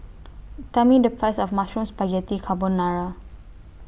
Tell Me The Price of Mushroom Spaghetti Carbonara